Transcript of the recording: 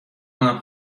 کنم